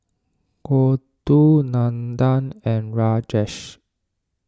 Gouthu Nandan and Rajesh